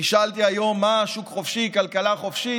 נשאלתי היום: מה, שוק חופשי, כלכלה חופשית.